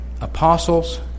Apostles